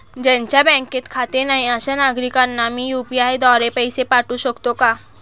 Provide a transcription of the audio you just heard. ज्यांचे बँकेत खाते नाही अशा नागरीकांना मी यू.पी.आय द्वारे पैसे पाठवू शकतो का?